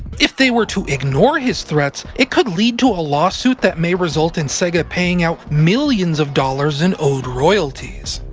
if they were to ignore his threats, it could lead to a lawsuit that may result in sega paying out millions of dollars in owed royalties.